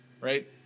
right